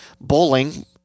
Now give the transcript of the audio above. bowling